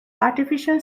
artificial